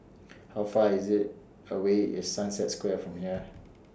How Far IS IT away Sunset Square from here